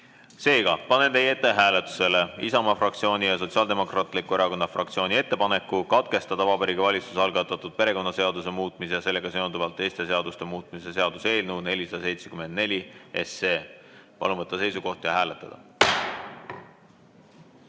Seega panen teie ette hääletusele Isamaa fraktsiooni ja Sotsiaaldemokraatliku Erakonna fraktsiooni ettepaneku katkestada Vabariigi Valitsuse algatatud perekonnaseaduse muutmise ja sellega seonduvalt teiste seaduste muutmise seaduse eelnõu 474 teine lugemine. Palun võtta seisukoht ja hääletada!